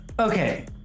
Okay